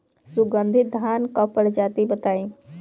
सुगन्धित धान क प्रजाति बताई?